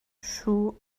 shoe